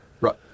Right